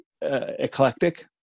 eclectic